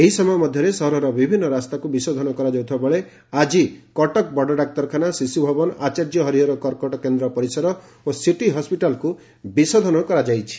ଏହି ସମୟ ମଧ୍ଧରେ ସହରର ବିଭିନୁ ରାସ୍ତାକୁ ବିଶୋଧନ କରାଯାଉଥିବା ବେଳେ ଆଜି କଟକ ବଡ଼ଡାକ୍ତରଖାନା ଶିଶ୍ୱଭବନ ଆଚାର୍ଯ୍ୟ ହରିହର କର୍କଟ କେନ୍ଦ୍ର ପରିସର ଓ ସିଟି ହସ୍ୱିଟାଲକୁ ବିଶୋଧନ କରାଯାଇଛି